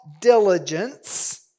diligence